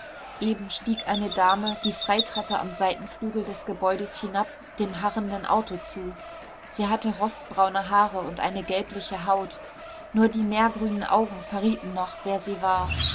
eben stieg eine dame die freitreppe am seitenflügel des gebäudes hinab dem harrenden auto zu sie hatte rostbraune haare und eine gelbliche haut nur die meergrünen augen verrieten noch wer sie war